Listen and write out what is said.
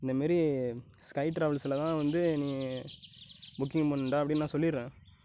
இந்தமாரி ஸ்கை டிராவல்ஸுலதான் வந்து நீ புக்கிங் பண்ணனும்டா அப்படினு நான் சொல்லிடறேன்